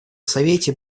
совете